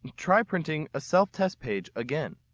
and try printing a self-test page again.